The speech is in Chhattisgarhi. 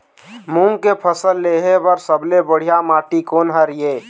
मूंग के फसल लेहे बर सबले बढ़िया माटी कोन हर ये?